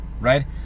right